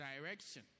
direction